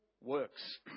works